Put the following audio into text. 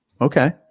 okay